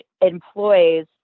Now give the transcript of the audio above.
employs